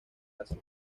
asia